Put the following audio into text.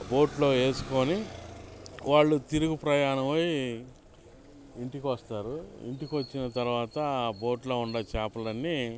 బోట్లో వేసుకోని వాళ్ళు తిరుగు ప్రయాణమై ఇంటికి వస్తారు ఇంటికి వచ్చిన తర్వాత ఆ బోట్లో ఉన్న చాపలన్నీ